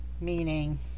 meaning